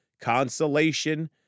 consolation